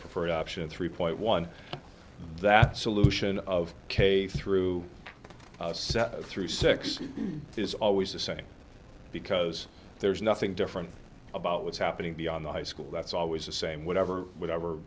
option three point one that solution of k through through six is always the same because there's nothing different about what's happening beyond the high school that's always the same whatever whatever